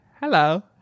hello